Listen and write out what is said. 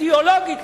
אידיאולוגית,